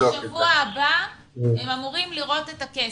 בשבוע הבא הם אמורים לראות את הכסף.